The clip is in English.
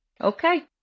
okay